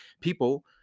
people